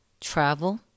travel